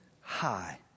high